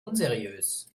unseriös